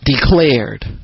declared